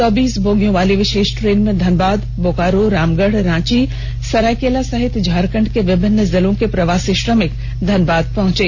चौबीस बोगियों वाली विशेष ट्रेन में धनबाद बोकारो रामगढ़ रांची सरायकेला सहित झारखंड के विभिन्न जिलों के प्रवासी श्रमिक धनबाद पहंचें